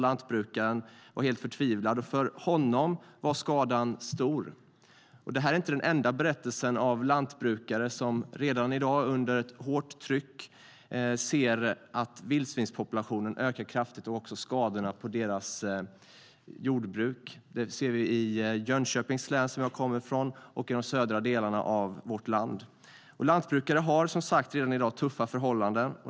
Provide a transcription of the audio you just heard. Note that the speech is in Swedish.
Lantbrukaren var helt förtvivlad. För honom var skadan stor. Detta är inte den enda berättelsen om lantbrukare som redan i dag under ett hårt tryck ser att vildsvinspopulationen har ökat kraftigt och därmed också skadorna på deras jordbruk. Vi ser det i Jönköpings län, som jag kommer ifrån, och i de södra delarna av vårt land. Lantbrukare har som sagt redan i dag tuffa förhållanden.